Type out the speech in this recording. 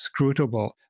scrutable